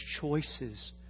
choices